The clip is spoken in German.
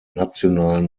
nationalen